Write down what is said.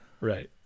right